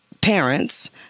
parents